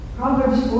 Proverbs